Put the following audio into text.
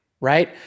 right